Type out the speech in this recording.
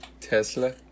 tesla